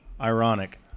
Ironic